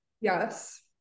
yes